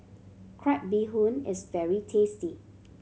crab bee hoon is very tasty